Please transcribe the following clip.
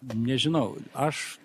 nežinau aš